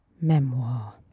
memoir